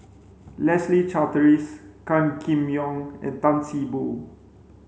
Leslie Charteris Gan Kim Yong and Tan See Boo